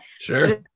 Sure